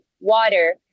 water